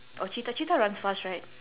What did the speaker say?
or cheetah cheetah runs fast right